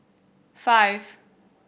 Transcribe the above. five